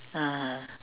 (uh huh)